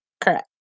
Correct